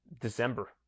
December